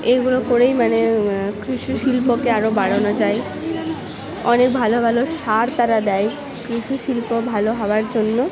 এইগুলো করেই মানে কৃষি শিল্পকে আরও বাড়ানো যায় অনেক ভালো ভালো সার তারা দেয় কৃষি শিল্প ভালো হওয়ার জন্য